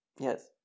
yes